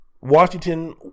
Washington